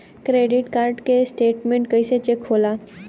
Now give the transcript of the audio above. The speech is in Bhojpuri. क्रेडिट कार्ड के स्टेटमेंट कइसे चेक होला?